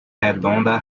redonda